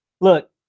look